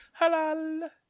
halal